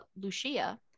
Lucia